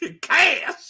cash